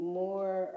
more